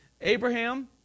Abraham